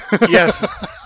Yes